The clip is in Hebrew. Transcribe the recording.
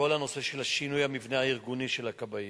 כל הנושא של שינוי המבנה הארגוני של הכבאים,